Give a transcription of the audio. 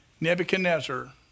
Nebuchadnezzar